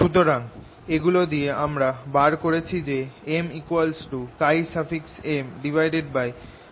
সুতরাং এগুলো দিয়ে আমরা বার করেছি যে MMM1Bµ0